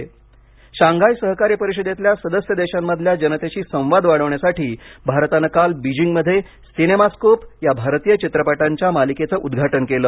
Shanghai सहकार्य Shanghai सहकार्य परिषदेतल्या सदस्य देशांमधल्या जनतेशी संवाद वाढवण्यासाठी भारतानं काल बीजिंगमध्ये सिनेमास्कोप या भारतीय चित्रपटांच्या मालिकेचं उद्घाटन केलं